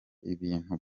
ibintu